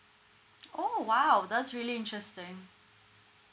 oh !wow! that's really interesting